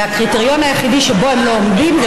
והקריטריון היחידי שבו הם לא עומדים זה